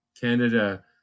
Canada